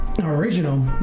original